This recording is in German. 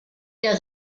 der